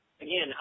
again